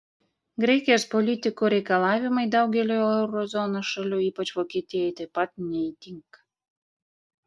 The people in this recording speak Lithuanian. graikijos politikų reikalavimai daugeliui euro zonos šalių ypač vokietijai taip pat neįtinka